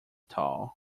tall